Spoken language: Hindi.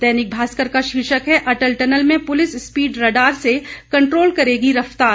दैनिक भास्कर का शीर्षक है अटल टनल में पुलिस स्पीड रडार से कंट्रोल करेगी रफ्तार